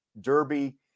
derby